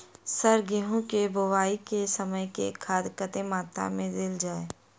Sir गेंहूँ केँ बोवाई केँ समय केँ खाद कतेक मात्रा मे देल जाएँ?